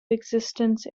existence